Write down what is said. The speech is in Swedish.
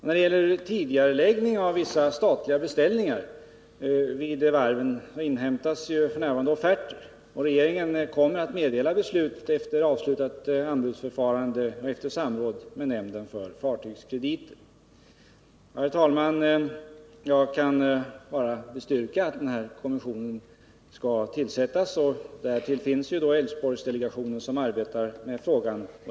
När det gäller tidigareläggning av vissa statliga beställningar vid varven inhämtas f. n. offerter. Regeringen kommer att meddela beslut efter avslutat anbudsförfarande och efter samråd med nämnden för fartygskrediter. Herr talman! Jag kan bara bestyrka att kommissionen skall tillsättas. Därtill finns Älvsborgsdelegationen, som arbetar med frågan.